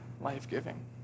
life-giving